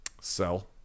Sell